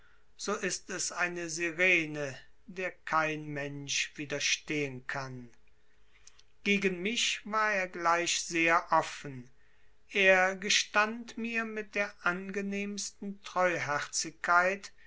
so ist es eine sirene der kein mensch widerstehen kann gegen mich war er gleich sehr offen er gestand mir mit der angenehmsten